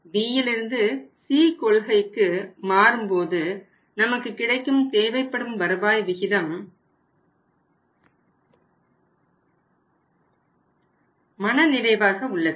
Bயிலிருந்து C கொள்கைகைக்கு மாறும்போது நமக்கு கிடைக்கும் தேவைப்படும் வருவாய் விகிதம் மனநிறைவாக உள்ளது